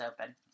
open